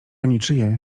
niczyje